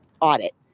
audit